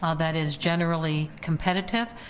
ah that is generally competitive.